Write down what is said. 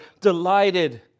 delighted